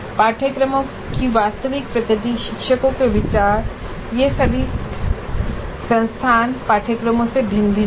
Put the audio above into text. पाठ्यक्रमों की वास्तविक प्रकृति शिक्षकों के विचार ये सभी संस्थान पाठ्यक्रमों में भिन्न भिन्न हैं